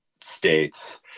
states